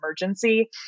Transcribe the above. emergency